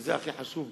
שזה הכי חשוב,